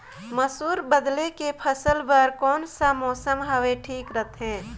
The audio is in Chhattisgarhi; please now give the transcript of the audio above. मसुर बदले के फसल बार कोन सा मौसम हवे ठीक रथे?